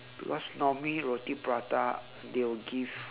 because normally roti prata they will give